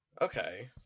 Okay